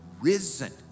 risen